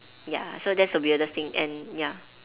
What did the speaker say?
ya so that's the weirdest thing and ya